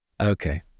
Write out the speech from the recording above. Okay